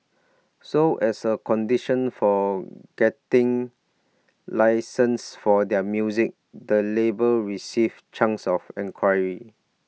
so as A condition for getting licences for their music the labels receive chunks of equity